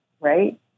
right